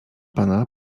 pana